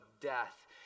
death